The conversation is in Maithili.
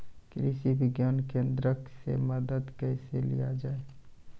कृषि विज्ञान केन्द्रऽक से मदद कैसे लिया जाय?